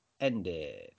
ended